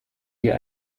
dir